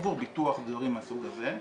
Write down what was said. עבור ביטוח ודברים מהסוג הזה,